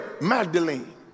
Magdalene